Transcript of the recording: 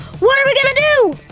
what are we gonna do?